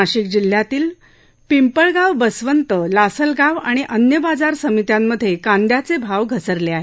नाशिक जिल्ह्यातल्या पिंपळगाव बसवंत लासलगाव आणि इतर बाजार समित्यांमध्ये कांद्याचे भाव घसरले आहेत